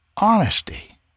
honesty